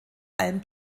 allem